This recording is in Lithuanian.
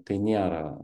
tai nėra